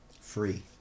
Free